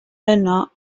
yno